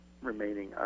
Remaining